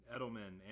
Edelman